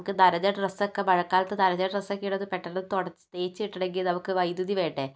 നമുക്ക് നനഞ്ഞ ഡ്രസ്സൊക്കെ മഴക്കാലത്തു നനഞ്ഞ ഡ്രസ്സൊക്കെ എടുത്ത് പെട്ടെന്ന് തുടച്ച് തേച്ചു കിട്ടണമെങ്കിൽ നമുക്ക് വൈദ്യുതി വേണ്ടേ